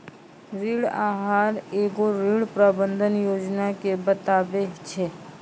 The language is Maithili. ऋण आहार एगो ऋण प्रबंधन योजना के बताबै छै